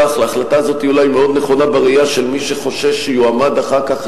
ההחלטה הזאת היא אולי מאוד נכונה בראייה של מי שחושש שיועמד אחר כך